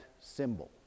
symbol